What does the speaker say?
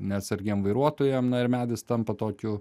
neatsargiem vairuotojam na ir medis tampa tokiu